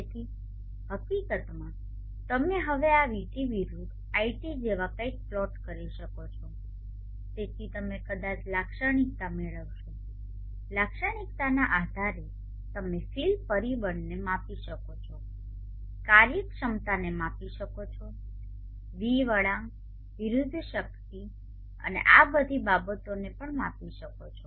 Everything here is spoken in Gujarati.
તેથી હકીકતમાં તમે હવે આ VT વિરુદ્ધ iT જેવા કંઈક પ્લોટ કરી શકો છો તેથી તમે કદાચ લાક્ષણિકતા મેળવશો લાક્ષણિકતાના આધારે તમે ફીલ પરિબળને માપી શકો છો કાર્યક્ષમતાને માપી શકો છો V વળાંક વિરુદ્ધ શક્તિ અને આ બધી બાબતોને માપી શકો છો